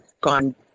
gone